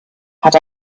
had